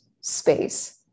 space